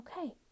Okay